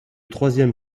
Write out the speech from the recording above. troisième